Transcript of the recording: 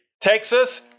Texas